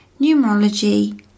numerology